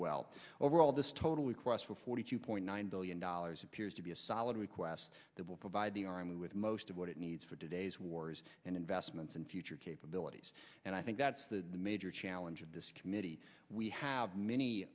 well overall this totally quest for forty two point nine billion dollars appears to be a solid request that will provide the army with most of what it needs for today's wars and investments in future capabilities and i think that's the major challenge of this committee we have many